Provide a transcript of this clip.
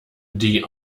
die